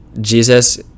Jesus